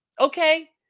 okay